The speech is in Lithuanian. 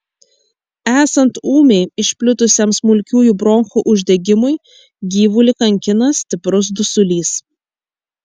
esant ūmiai išplitusiam smulkiųjų bronchų uždegimui gyvulį kankina stiprus dusulys